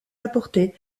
apporté